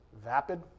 vapid